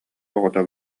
оҕото